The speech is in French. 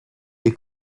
est